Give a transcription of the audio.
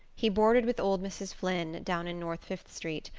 he boarded with old mrs. flynn, down in north fifth street,